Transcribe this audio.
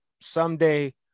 someday